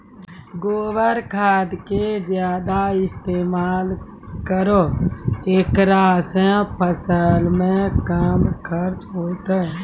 गोबर खाद के ज्यादा इस्तेमाल करौ ऐकरा से फसल मे कम खर्च होईतै?